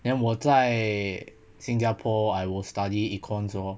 then 我在新加坡 I will study econs lor